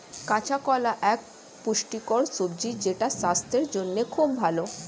কাঁচা কলা এক পুষ্টিকর সবজি যেটা স্বাস্থ্যের জন্যে খুব ভালো